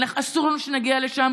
אסור לנו להגיע לשם.